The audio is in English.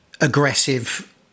aggressive